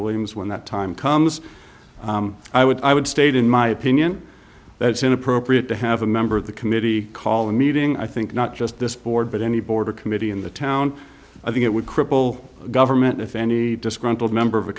williams when that time comes i would i would state in my opinion that it's inappropriate to have a member of the committee call a meeting i think not just this board but any border committee in the town of the it would cripple the government if any disgruntled member of